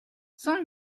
cent